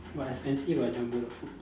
but expensive ah Jumbo the food